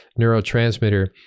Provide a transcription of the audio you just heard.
neurotransmitter